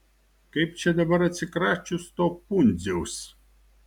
kaip čia dabar atsikračius to pundziaus